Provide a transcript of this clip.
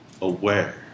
aware